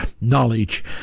knowledge